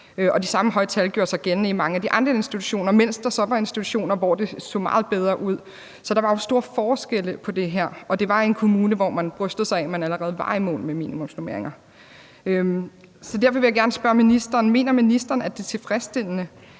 de samme høje tal gjorde sig gældende i mange af de andre institutioner, mens der så var institutioner, hvor det så meget bedre ud. Så der var store forskelle her, og det var i en kommune, hvor man brystede sig af, at man allerede var i mål med minimumsnormeringerne. Så derfor vil jeg gerne spørge ministeren: Mener ministeren, at det er tilfredsstillende,